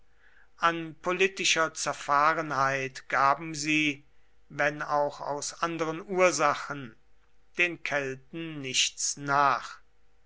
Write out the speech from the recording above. an politischer zerfahrenheit gaben sie wenn auch aus anderen ursachen den kelten nichts nach